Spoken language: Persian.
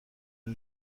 این